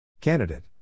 Candidate